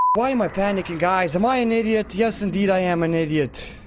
why am i panicking guys? am i an idiot? yes indeed i am an idiot.